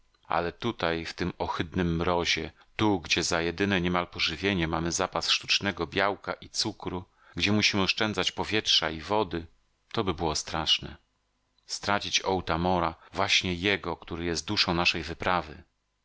ale tutaj w tym ohydnym mrozie tu gdzie za jedyne niemal pożywienie mamy zapas sztucznego białka i cukru gdzie musimy oszczędzać powietrza i wody toby było straszne stracić otamora właśnie jego który jest duszą naszej wyprawy